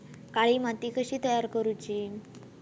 काळी माती कशी तयार करूची?